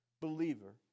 believer